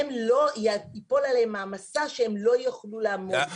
הם לא תיפול עליהם מעמסה שהם לא יוכלו לעמוד בה.